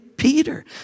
Peter